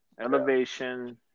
Elevation